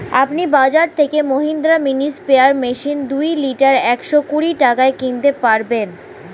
আপনি বাজর থেকে মহিন্দ্রা মিনি স্প্রেয়ার মেশিন দুই লিটার একশো কুড়ি টাকায় কিনতে পারবেন